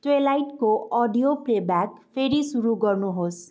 ट्वेलाइटको audio playback फेरि सुरु गर्नुहोस्